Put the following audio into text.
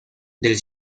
del